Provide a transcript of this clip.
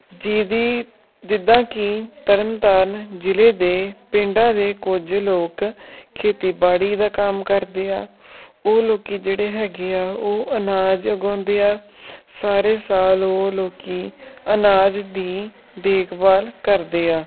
ਜਿਹਦੀ ਜਿੱਦਾਂ ਕਿ ਤਰਨ ਤਾਰਨ ਜ਼ਿਲ੍ਹੇ ਦੇ ਪਿੰਡਾਂ ਦੇ ਕੁਝ ਲੋਕ ਖੇਤੀਬਾੜੀ ਦਾ ਕੰਮ ਕਰਦੇ ਆ ਉਹ ਲੋਕ ਜਿਹੜੇ ਹੈਗੇ ਆ ਉਹ ਅਨਾਜ ਉਗਾਉਂਦੇ ਆ ਸਾਰੇ ਸਾਲ ਉਹ ਲੋਕ ਅਨਾਜ ਦੀ ਦੇਖਭਾਲ ਕਰਦੇ ਆ